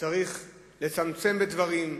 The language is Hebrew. צריך לצמצם בדברים,